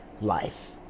life